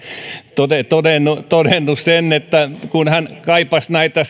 minä olisin vielä todennut sen kun hän kaipasi näitä